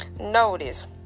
Notice